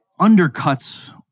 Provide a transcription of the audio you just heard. undercuts